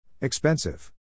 expensive